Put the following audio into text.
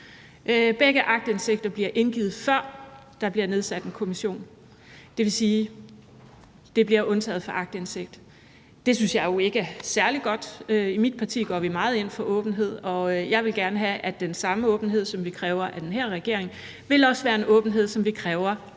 om aktindsigt blev indgivet, før der blev nedsat en kommission. De ting blev altså undtaget fra aktindsigt, og det synes jeg jo ikke er særlig godt. I mit parti går vi meget ind for åbenhed, og jeg vil gerne have, at den samme åbenhed, som vi kræver af denne regering, også er en åbenhed, vi vil kræve